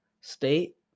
state